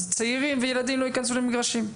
אז צעירים וילדים לא יכנסו למגרשים.